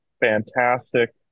fantastic